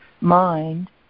mind